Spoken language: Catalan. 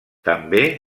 també